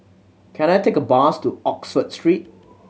can I take a bus to Oxford Street